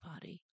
body